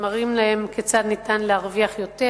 ומראים להם כיצד ניתן להרוויח יותר,